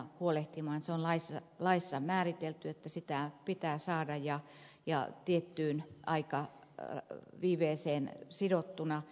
se on laissa määritelty että sitä pitää saada ja tiettyyn aikaviiveeseen sidottuna